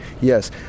Yes